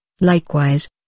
likewise